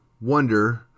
wonder